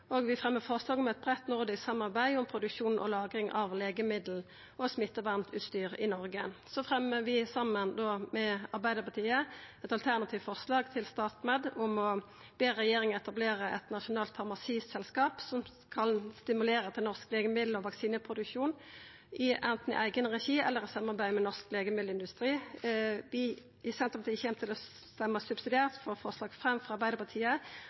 Vi fremjar forslag saman med Sosialistisk Venstreparti om eit bredt nordisk samarbeid om produksjon og lagring av legemiddel og smittevernutstyr i Noreg. Så fremjar vi saman med Arbeidarpartiet eit alternativt forslag til StatMed om å be regjeringa etablera eit nasjonalt farmasiselskap som skal stimulera til norsk legemiddel- og vaksineproduksjon anten i eigen regi eller i samarbeid med norsk legemiddelindustri. Vi i Senterpartiet kjem til å stemma subsidiært for forslag nr. 5, frå Arbeidarpartiet, og vi støttar subsidiært det såkalla lause forslaget frå Arbeidarpartiet.